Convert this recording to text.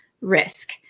risk